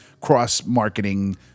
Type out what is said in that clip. cross-marketing